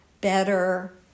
better